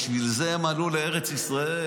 בשביל זה הם עלו לארץ ישראל,